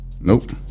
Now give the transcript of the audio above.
Nope